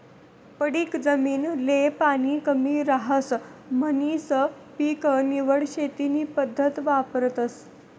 पडीक जमीन ले पाणी कमी रहास म्हणीसन पीक निवड शेती नी पद्धत वापरतस